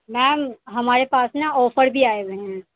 میم ہمارے پاس نا آفر بھی آئیں ہوئے ہیں